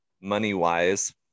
money-wise